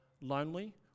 lonely